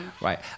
right